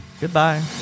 Goodbye